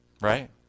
right